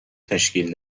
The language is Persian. تشکیل